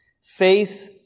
Faith